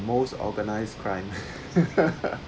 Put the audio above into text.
most organised crime